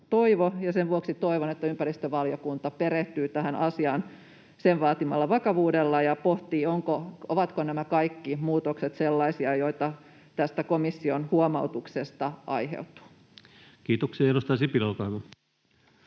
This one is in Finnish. sen vuoksi toivon, että ympäristövaliokunta perehtyy tähän asiaan sen vaatimalla vakavuudella ja pohtii, ovatko kaikki nämä muutokset sellaisia, joita tästä komission huomautuksesta aiheutuu. [Speech 94] Speaker: